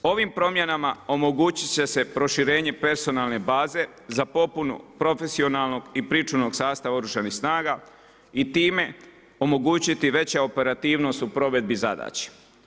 Ovim promjenama, omogućiti će se proširenje personalne baze, za popunu profesionalnog i pričuvnog sastava oružanih snaga i time omogućiti veću operativnost u provedbi zadaća.